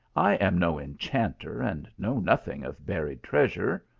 i am no enchanter, and know nothing of buried treasure.